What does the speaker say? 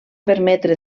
permetre